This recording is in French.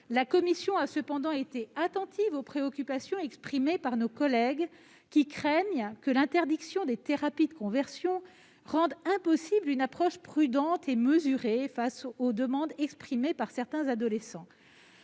La commission a cependant été attentive aux préoccupations exprimées par nos collègues, qui craignent que l'interdiction des thérapies de conversion ne rende impossible une approche prudente et mesurée face aux demandes exprimées par certains adolescents.